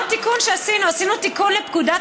עוד תיקון שעשינו: עשינו תיקון לפקודת